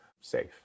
safe